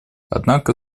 однако